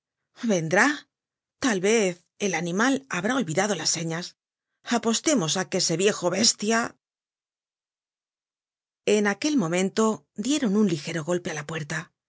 vendrá tal vez el animal habrá olvidado las señas apostemos á que ese viejo bestia en aquel momento dieron un ligero golpe á la puerta